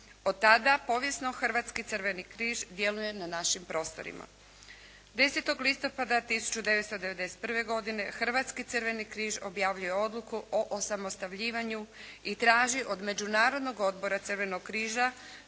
Od tada povijesno Hrvatski crveni križ djeluje na našim prostorima. 10. listopada 1991. godine Hrvatski crveni križ objavljuje odluku o osamostaljivanju i traži od Međunarodnog odbora Crvenog križa